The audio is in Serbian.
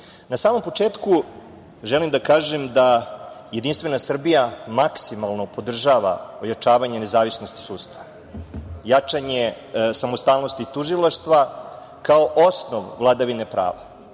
samom početku želim da kažem da JS maksimalno podržava ojačavanje nezavisnosti sudstva, jačanje samostalnosti tužilaštva, kao osnov vladavine prava. Sa